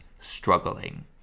struggling